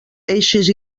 eixes